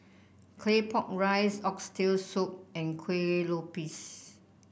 Claypot Rice Oxtail Soup and Kuih Lopes